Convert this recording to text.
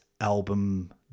album